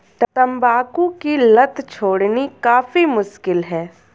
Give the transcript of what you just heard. तंबाकू की लत छोड़नी काफी मुश्किल है